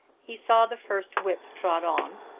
he saw the first whip trot on,